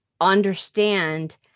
understand